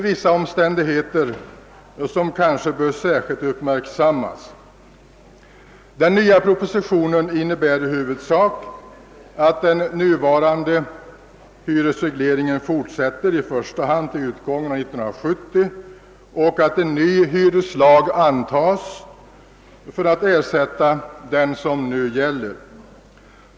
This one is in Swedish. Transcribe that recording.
Vissa omständigheter bör emellertid kanske särskilt uppmärksammas. Den nya propositionen innebär i huvudsak, att den nuvarande hyresregleringen kommer att vara i kraft i första hand till utgången av 1971 och att en ny hyreslag antas för att ersätta den nu gällande.